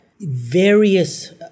various